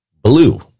blue